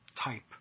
type